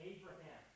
Abraham